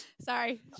Sorry